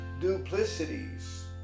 duplicities